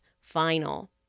final